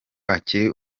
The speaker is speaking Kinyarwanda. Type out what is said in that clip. akiri